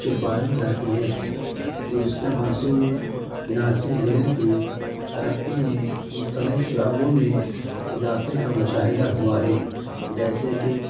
چھپائی جاتی ہے گذشتہ برسوں میں ناسک ضلعے کی ترقی میں مختلف شعبوں میں اضافے کا مشاہدہ ہوا ہے جیسے کہ